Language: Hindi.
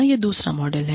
यह दूसरा मॉडल है